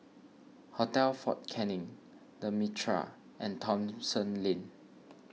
Hotel fort Canning the Mitraa and Thomson Lane